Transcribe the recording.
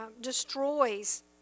destroys